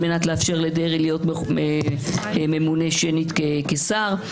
על מנת לאפשר לדרעי להיות ממונה שנית כשר?